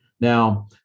Now